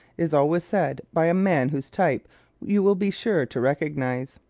is always said by a man whose type you will be sure to recognize.